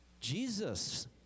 Jesus